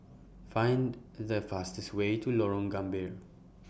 Find The fastest Way to Lorong Gambir